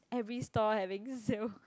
every store having sale